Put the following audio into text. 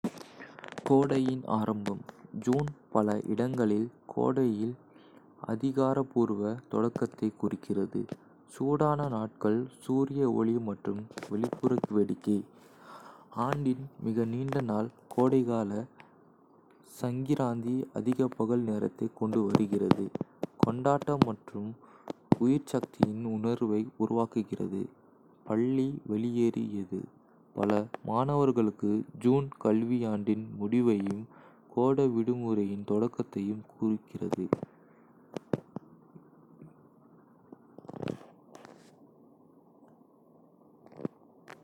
கோடையின் ஆரம்பம் - ஜூன் பல இடங்களில் கோடையின் அதிகாரப்பூர்வ தொடக்கத்தைக் குறிக்கிறது, சூடான நாட்கள், சூரிய ஒளி மற்றும் வெளிப்புற வேடிக்கை. ஆண்டின் மிக நீண்ட நாள் - கோடைகால சங்கிராந்தி அதிக பகல் நேரத்தைக் கொண்டுவருகிறது, கொண்டாட்டம் மற்றும் உயிர்ச்சக்தியின் உணர்வை உருவாக்குகிறது. பள்ளி வெளியேறியது பல மாணவர்களுக்கு, ஜூன் கல்வியாண்டின் முடிவையும் கோடை விடுமுறையின். தொடக்கத்தையும் குறிக்கிறது.